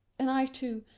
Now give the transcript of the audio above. and i, too,